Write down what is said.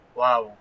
wow